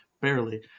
barely